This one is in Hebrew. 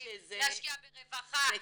להשקיע ברווחה,